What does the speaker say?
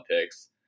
picks